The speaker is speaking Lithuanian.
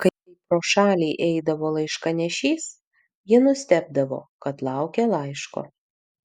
kai pro šalį eidavo laiškanešys ji nustebdavo kad laukia laiško